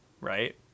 right